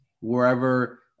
wherever